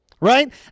Right